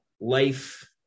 life